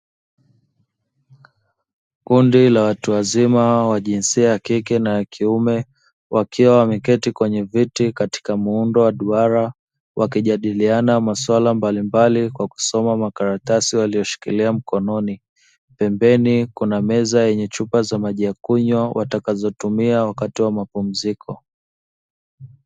Kundi la watu wazima wa jinsia ya kike na ya kiume wakiwa wameketi kwenye viti katika muundo wa duara wakijadiliana masuala mbalimbali kwa kusoma makaratasi waliyoshikilia mkononi, pembeni kuna meza yenye chupa za maji ya kunywa watakazotumia wakati wa mapumziko.